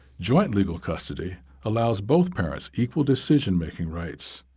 joint legal custody allows both parents equal decision-making rights.